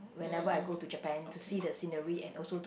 whenever I go to Japan to see the scenery and also to